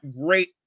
great